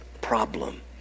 problem